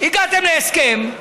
הגעתם להסכם,